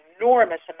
enormous